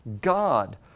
God